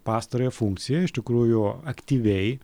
pastarąją funkciją iš tikrųjų aktyviai